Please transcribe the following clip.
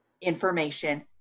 information